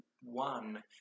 one